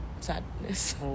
sadness